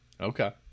okay